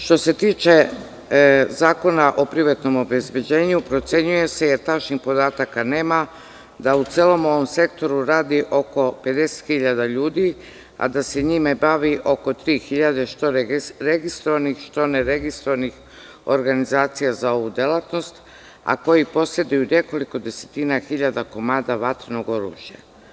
Što se tiče zakona o privatnom obezbeđenju, procenjuje se, jer tačnih podataka nema da u celom ovom sektoru radi oko 50.000 ljudi, a da se njime bavi oko 3.000 što registrovanih, što neregistrovanih organizacija za ovu delatnost, a koji poseduju nekoliko desetina hiljada komada vatrenog oružja.